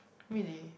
really